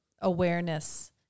awareness